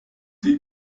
sie